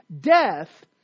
death